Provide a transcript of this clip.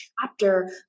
chapter